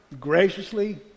graciously